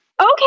Okay